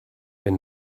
wenn